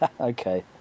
Okay